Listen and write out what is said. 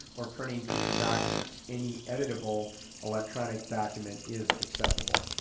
or printing paper documents. any editable electronic document is acceptable.